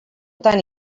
tan